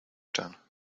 done